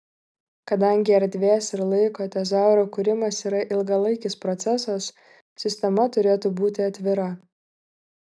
kadangi erdvės ir laiko tezauro kūrimas yra ilgalaikis procesas sistema turėtų būti atvira